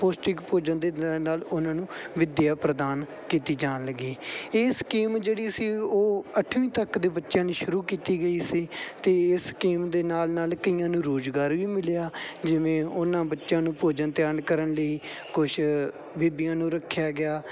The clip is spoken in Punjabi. ਪੌਸ਼ਟਿਕ ਭੋਜਨ ਦੇ ਦੇਣ ਨਾਲ ਉਹਨਾਂ ਨੂੰ ਵਿੱਦਿਆ ਪ੍ਰਦਾਨ ਕੀਤੀ ਜਾਣ ਲੱਗੀ ਇਹ ਸਕੀਮ ਜਿਹੜੀ ਸੀ ਉਹ ਅੱਠਵੀਂ ਤੱਕ ਦੇ ਬੱਚਿਆਂ ਲਈ ਸ਼ੁਰੂ ਕੀਤੀ ਗਈ ਸੀ ਅਤੇ ਇਹ ਸਕੀਮ ਦੇ ਨਾਲ ਨਾਲ ਕਈਆਂ ਨੂੰ ਰੁਜ਼ਗਾਰ ਵੀ ਮਿਲਿਆ ਜਿਵੇਂ ਉਹਨਾਂ ਬੱਚਿਆਂ ਨੂੰ ਭੋਜਨ ਤਿਆਰ ਕਰਨ ਲਈ ਕੁਛ ਬੀਬੀਆਂ ਨੂੰ ਰੱਖਿਆ ਗਿਆ